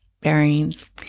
bearings